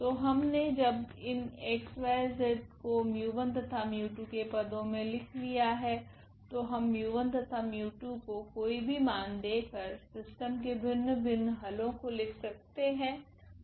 तो हमने जब इन x y z को 𝜇1 तथा 𝜇2 के पदो मे लिख लिया है तो हम 𝜇1 तथा 𝜇2 को कोई भी मान दे कर सिस्टम के भिन्न भिन्न हलो को लिख सकते है जो F का कर्नेल होगे